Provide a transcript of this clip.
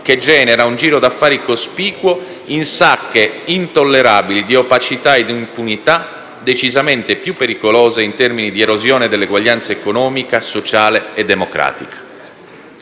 che genera un giro di affari cospicuo in sacche intollerabili di opacità e impunità, decisamente più pericolose in termini di erosione dell'eguaglianza economica, sociale e democratica.